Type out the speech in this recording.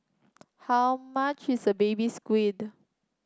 how much is a Baby Squid